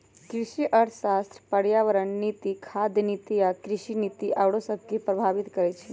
कृषि अर्थशास्त्र पर्यावरण नीति, खाद्य नीति आ कृषि नीति आउरो सभके प्रभावित करइ छै